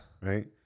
Right